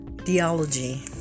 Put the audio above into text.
theology